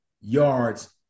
yards